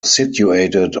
situated